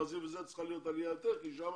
ברזיל וזה צריכה להיות יותר עלייה כי שם